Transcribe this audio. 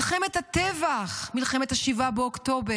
מלחמת הטבח, מלחמת 7 באוקטובר.